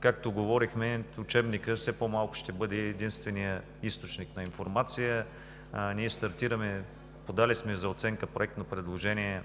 Както говорихме, учебникът все по-малко ще бъде единственият източник на информация. Ние стартираме, подали сме за оценка Проектопредложение